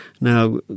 Now